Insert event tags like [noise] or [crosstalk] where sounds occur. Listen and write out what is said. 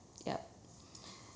ya [breath]